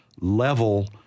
level